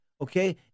Okay